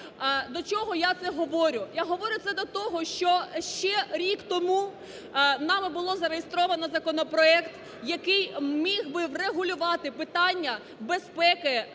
До чого я це говорю? Я говорю це до того, що ще рік тому нами було зареєстровано законопроект, який міг би врегулювати питання безпеки